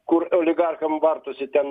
kur oligarcham vartosi ten